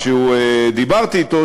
כשדיברתי אתו,